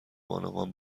بانوان